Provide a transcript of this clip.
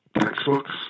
textbooks